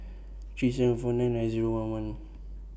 three seven four nine nine Zero one one